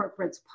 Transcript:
corporates